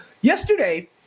yesterday